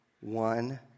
one